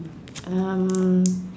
um